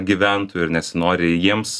gyventojų ir nesinori jiems